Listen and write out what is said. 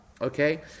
Okay